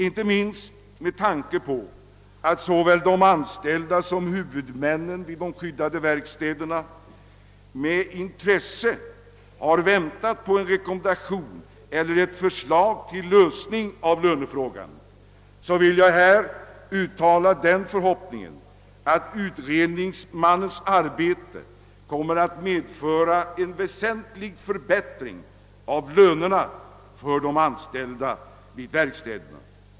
Inte minst med tanke på att såväl de anställda som huvudmännen vid de skyddade verkstäderna med intresse har väntat på en rekommendation eller ett förslag till lösning av lönefrågan vill jag här uttala den förhoppningen, att utredningsmannens arbete kommer att medföra en väsentlig förbättring av lönerna för de anställda vid verkstäderna.